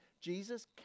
jesus